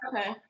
Okay